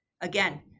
again